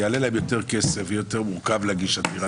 יעלה להם יותר כסף ויהיה יותר מורכב להגיש עתירה.